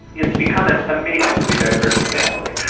it's become an amazingly diverse family.